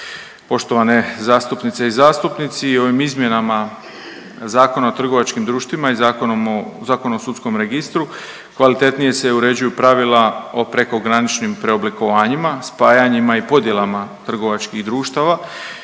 Poštovane zastupnice i zastupnici ovim izmjenama Zakona o trgovačkim društvima i Zakon o sudskom registru kvalitetnije se uređuju pravila o prekograničnim preoblikovanjima, spajanjima i podjelama trgovačkih društava